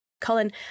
Colin